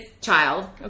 child